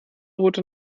route